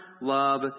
love